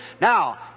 Now